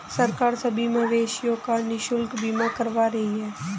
सरकार सभी मवेशियों का निशुल्क बीमा करवा रही है